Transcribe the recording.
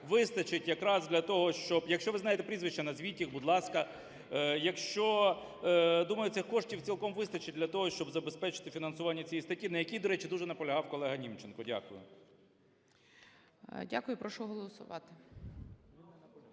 Якщо ви знаєте прізвища, назвіть їх, будь ласка. Якщо… Думаю, цих коштів цілком вистачить для того, щоб забезпечити фінансування цієї статті, на якій, до речі, дуже наполягав колегаНімченко. Дякую. ГОЛОВУЮЧИЙ. Дякую. Прошу голосувати.